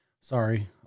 Sorry